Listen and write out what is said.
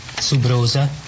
Subrosa